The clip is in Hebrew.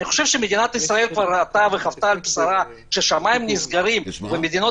אני חושב שמדינת ישראל כבר ראתה וחוותה על בשרה שהשמיים נסגרים ומדינות